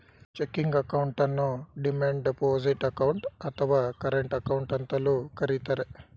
checking ಅಕೌಂಟನ್ನು demand deposit account, ಅಥವಾ current account ಅಂತಲೂ ಕರಿತರೆ